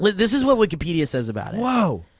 this is what wikipedia says about it. whoa.